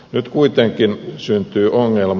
nyt kuitenkin syntyy ongelma